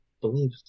believe